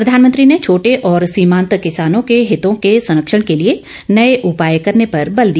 प्रधानमंत्री ने छोटे और सीमांत किसानों के हितों के संरक्षण के लिए नए उपाय करने पर बल दिया